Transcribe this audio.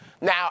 Now